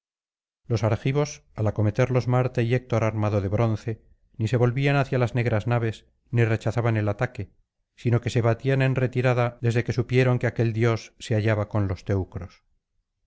los argivos al acometerlos marte y héctor armado de bronce ni se volvían hacia las negras naves ni rechazaban el ataque sino que se batían en retirada desde que supieron que aquel dios se hallaba con los teucros